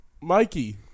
Mikey